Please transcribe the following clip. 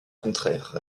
contraire